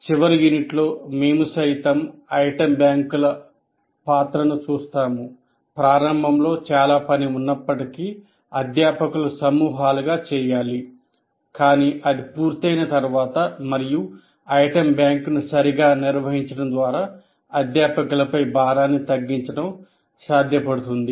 చివరి యూనిట్లో మేము సైతం ఐటమ్ బ్యాంకుల పాత్రను చూసాము ప్రారంభంలో చాలా పని ఉన్నప్పటికీ అధ్యాపకులు సమూహాలుగా చేయాలి కానీ అది పూర్తయిన తరువాత మరియు ఐటెమ్ బ్యాంక్ను సరిగ్గా నిర్వహించడం ద్వారా అధ్యాపకుల పై భారాన్ని తగ్గించడం సాధ్యపడుతుంది